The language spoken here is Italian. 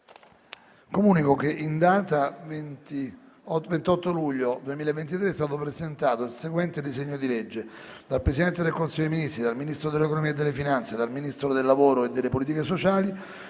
Comunico che in data 28 luglio 2023 è stato presentato il seguente disegno di legge: *dal Presidente del Consiglio dei Ministri, dal Ministro dell'economia e delle finanze, dal Ministro del lavoro e delle politiche sociali*